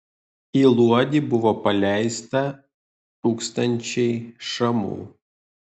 į luodį buvo paleista tūkstančiai šamų